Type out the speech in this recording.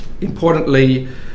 Importantly